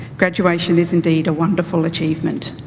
graduation is indeed a wonderful achievement